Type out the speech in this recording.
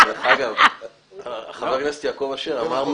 מצד אף אחד ולא משנה מאיזו סיעה או מפלגה הוא,